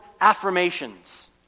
affirmations